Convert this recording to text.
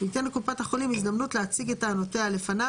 וייתן לקופת החולים הזדמנות להציג את טענותיה לפני,